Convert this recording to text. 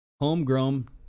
homegrown